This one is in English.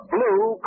Blue